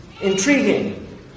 intriguing